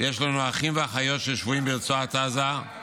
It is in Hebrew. יש לנו אחים ואחיות ששבויים ברצועת עזה -- גם